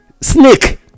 snake